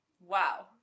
wow